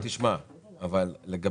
אני לא יודע כמה זמן מס